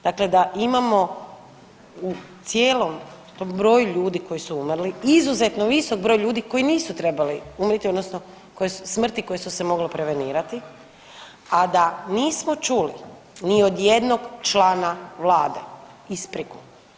Dakle da imamo u cijelom tom broju ljudi koji su umrli izuzetno visok broj ljudi koji nisu trebali umrijeti odnosno smrti koje su se mogle prevenirati, a da nismo čuli ni od jednog člana Vlade ispriku.